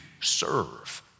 serve